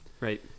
right